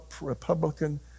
Republican